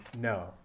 No